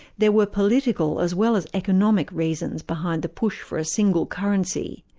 there were political as well as economic reasons behind the push for a single currency.